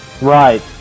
Right